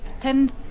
ten